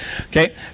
okay